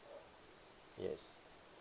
yes